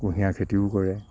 কুঁহিয়াৰ খেতিও কৰে